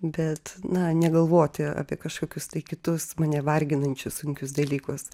bet na negalvoti apie kažkokius tai kitus mane varginančius sunkius dalykus